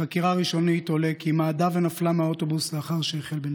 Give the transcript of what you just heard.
מחקירה ראשונית עולה כי היא מעדה ונפלה מהאוטובוס לאחר שהחל בנסיעתו.